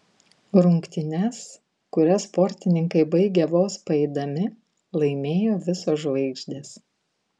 rungtynes kurias sportininkai baigė vos paeidami laimėjo visos žvaigždės